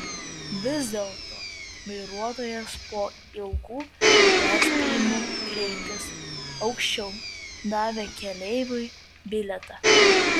vis dėlto vairuotojas po ilgų perspėjimų kreiptis aukščiau davė keleiviui bilietą